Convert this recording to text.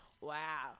Wow